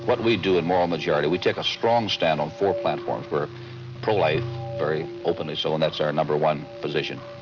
but we do in moral majority, we take a strong stand on four platforms we're pro-life, very openly so and that's our no. one position.